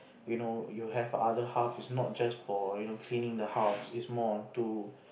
you know you have other half it's not just for you know cleaning the house it's more to